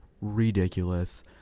ridiculous